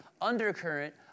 undercurrent